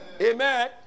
Amen